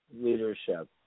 leadership